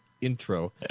intro